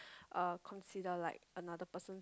uh consider like another person's